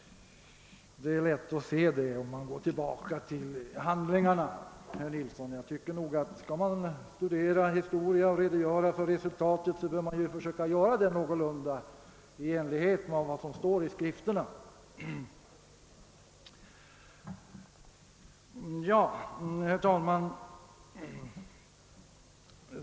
Det är lätt att konstatera om man går till baka till handlingarna. Jag tycker, herr Nilsson, att man mycket väl kan göra en historisk framställning av vad som förekommit, men i så fall bör det ske i enlighet med vad som redovisas i skrifterna. Herr talman!